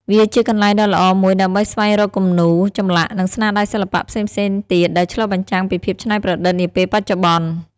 វាជាកន្លែងដ៏ល្អមួយដើម្បីស្វែងរកគំនូរ ចម្លាក់ និងស្នាដៃសិល្បៈផ្សេងៗទៀតដែលឆ្លុះបញ្ចាំងពីភាពច្នៃប្រឌិតនាពេលបច្ចុប្បន្ន។